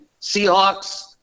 Seahawks